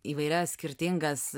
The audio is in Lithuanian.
įvairias skirtingas